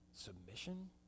submission